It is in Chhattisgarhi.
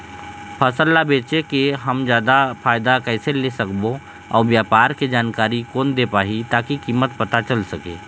फसल ला बेचे के हम जादा फायदा कैसे ले सकबो अउ व्यापार के जानकारी कोन दे पाही ताकि कीमत पता चल सके?